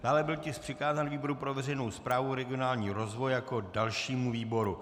Dále byl tisk přikázán výboru pro veřejnou správu, regionální rozvoj jako dalšímu výboru.